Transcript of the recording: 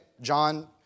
John